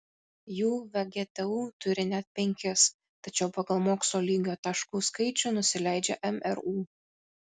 jų vgtu turi net penkis tačiau pagal mokslo lygio taškų skaičių nusileidžia mru